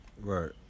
Right